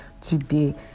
today